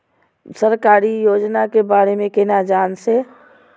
सरकारी योजना के बारे में केना जान से?